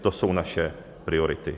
To jsou naše priority.